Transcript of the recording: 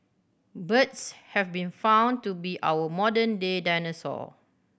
birds have been found to be our modern day dinosaur